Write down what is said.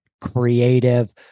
creative